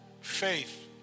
Faith